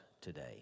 today